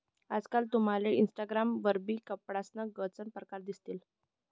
आजकाल तुमले इनस्टाग्राम वरबी कपडासना गनच परकार दिसतीन